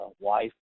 wife